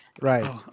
right